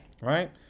Right